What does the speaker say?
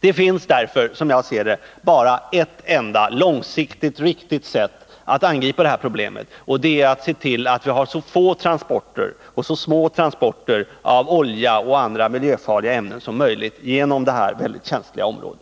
Som jag ser det finns det därför bara ett enda riktigt sätt att långsiktigt angripa det här problemet, och det är att se till att vi har så få och så små transporter av olja och andra miljöfarliga ämnen som möjligt genom detta mycket känsliga område.